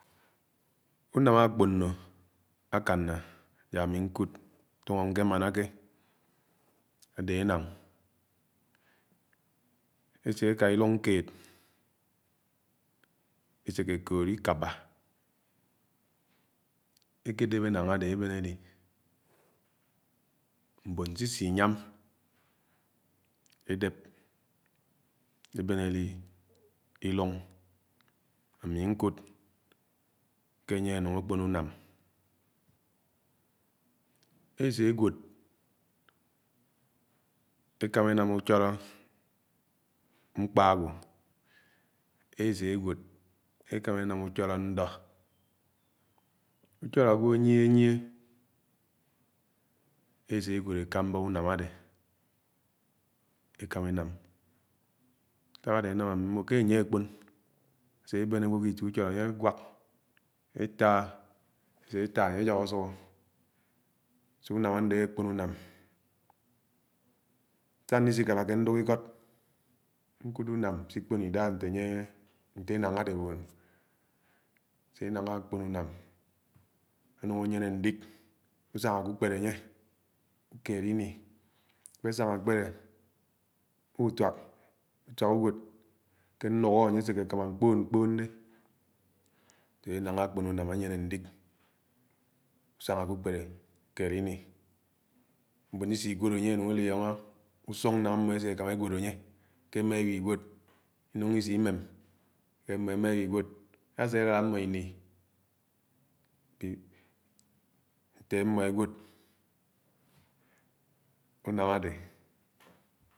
Ùnám àkpónó akáné ják ámí ñkúd tóngó ákémánáké adé enáng. esieká ilúng keed ésékékóod ikába ekékép enañg adi èbén elii mbón sisi-inyám èdép ébén eli ilung ami nkùd ké ánye anúng àkpón unàm. esé énwód ekámá enám uchòló agwo anyie-anyie ese enwod ekámbá unám ade ekámá enám, ntak adé anam ami mmō ké añye akpon. asébén agwo ke itie ùchólo ánye anwák, eta esè eta ánye aj̄ok asùhọ́ ùnám andé akpon unam sa nisikáráké ñdúk ikód nkúdé unám sékpón idá nté ánye nte enáng adé nyón. eñang akpon unám anúng ànyéné ndik, usangake ùkpēlē añye ùkééd ini àkpe sanga àkpélé útuák, utuek unwòd ke ñnúk anye asekekámá mkpoon-mkpoon, ènáng ákpon unám anúng ànyéné ndik, usángáké ùkpélé ùkēed ini, mbòn sisi-inwóa ánye enung elióngó ùsùng nángá mmọ́ ese-ekámá énwód ánye ké emá ewñwód ase àlád ámo ini nté amó enwód unám adé.